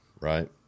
right